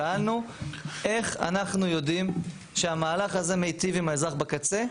שאלנו איך אנחנו יודעים שהמהלך הזה מיטיב עם האזרח בקצה?